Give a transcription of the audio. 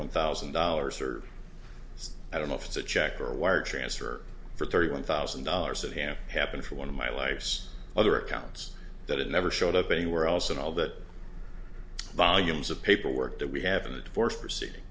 one thousand dollars or so i don't know if it's a check or wire transfer for thirty one thousand dollars that have happened for one of my life's other accounts that it never showed up anywhere else and all that volumes of paperwork that we have in the divorce proceeding